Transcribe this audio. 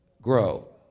grow